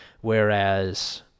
Whereas